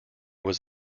was